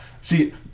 See